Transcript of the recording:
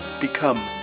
become